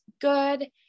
good